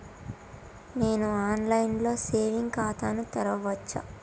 నేను online లో saving ఖాతా ను తెరవచ్చా?